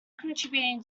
contributing